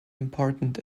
important